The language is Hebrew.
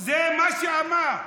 זה מה שאמר,